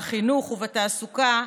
בחינוך ובתעסוקה,